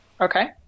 Okay